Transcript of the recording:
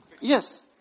Yes